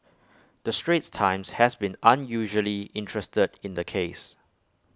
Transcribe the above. the straits times has been unusually interested in the case